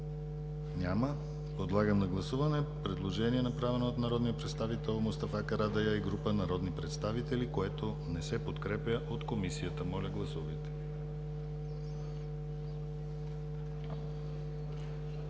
Няма. Подлагам на гласуване предложение, направено от народния представител Мустафа Карадайъ и група народни представители, което не се подкрепя от Комисията. Гласували